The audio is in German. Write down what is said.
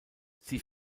sie